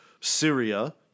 Syria